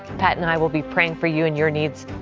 pat and i will be praying for you and your needs